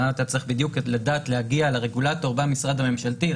אתה צריך לדעת להגיע לרגולטור במשרד הממשלתי,